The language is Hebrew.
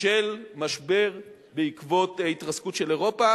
של משבר בעקבות ההתרסקות של אירופה.